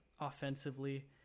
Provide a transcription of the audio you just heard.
offensively